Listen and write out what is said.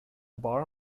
bar